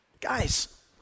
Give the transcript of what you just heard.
Guys